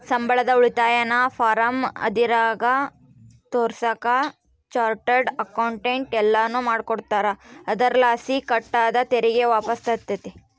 ಸಂಬಳದ ಉಳಿತಾಯನ ಫಾರಂ ಹದಿನಾರರಾಗ ತೋರಿಸಾಕ ಚಾರ್ಟರ್ಡ್ ಅಕೌಂಟೆಂಟ್ ಎಲ್ಲನು ಮಾಡಿಕೊಡ್ತಾರ, ಅದರಲಾಸಿ ಕಟ್ ಆದ ತೆರಿಗೆ ವಾಪಸ್ಸಾತತೆ